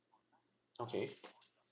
okay